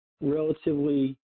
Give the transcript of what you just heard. relatively